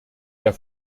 der